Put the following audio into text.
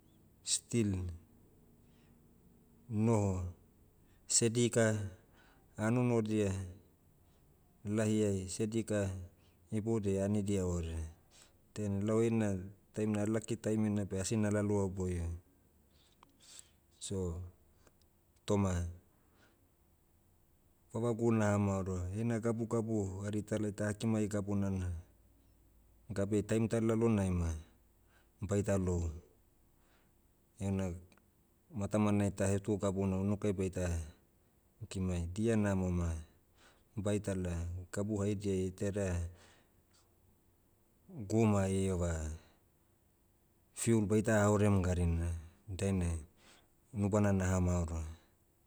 Still, noho. Sedika, ah nonodia, lahiai sedika, iboudiai anidia ore. Dainai lau heina, taimna laki taimina beh asi nalaloa boio. So, toma, vavagu naha maoroa heina gabu gabu hari tala ta kimai gabuna na, gabeai taim ta lalonai ma, baita lou, heuna, matamanai tahetu gabuna unukai baita, kimai. Dia namo ma, baitala, gabu haidiai iteda, guma ieva, fuel baita haorem garina, dainai, nubana naha maoroa.